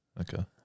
Okay